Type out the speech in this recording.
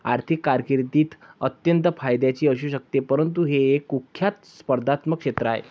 आर्थिक कारकीर्द अत्यंत फायद्याची असू शकते परंतु हे एक कुख्यात स्पर्धात्मक क्षेत्र आहे